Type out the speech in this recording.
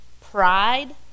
pride